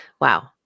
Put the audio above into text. Wow